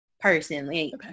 personally